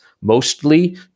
mostly